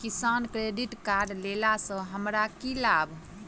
किसान credit card लेला सऽ हमरा की लाभ?